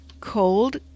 cold